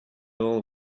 all